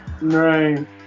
Right